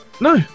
No